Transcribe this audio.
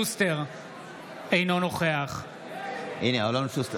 אינו נוכח הינה אלון שוסטר.